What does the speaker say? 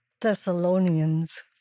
Thessalonians